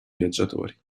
viaggiatori